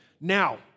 Now